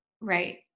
Right